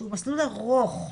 שהוא מסלול ארוך,